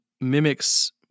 mimics